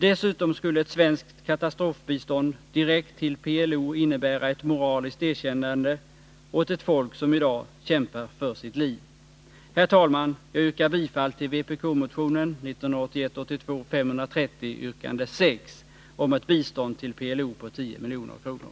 Dessutom skulle ett svenskt katastrofbistånd direkt till PLO innebära ett moraliskt erkännande åt ett folk som i dag kämpar för sitt liv. Herr talman! Jag yrkar bifall till vpk-motionen 1981/82:530, yrkande 6, om ett bistånd till PLO på 10 milj.kr.